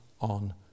on